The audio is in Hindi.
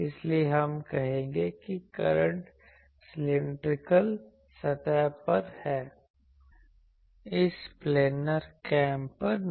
इसलिए हम कहेंगे कि करंट सिलैंडरिकल सतह पर है इस प्लानेर कैप पर नहीं